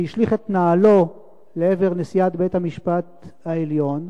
שהשליך את נעלו לעבר נשיאת בית-המשפט העליון,